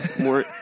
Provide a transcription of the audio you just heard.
more